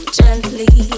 gently